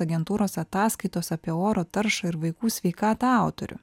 agentūros ataskaitos apie oro taršą ir vaikų sveikatą autoriu